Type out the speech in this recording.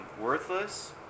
worthless